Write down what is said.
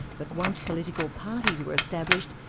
but once political parties were established,